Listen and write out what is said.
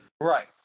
Right